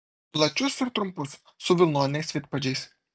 plačius ir trumpus su vilnoniais vidpadžiais